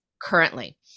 currently